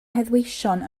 heddweision